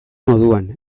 moduan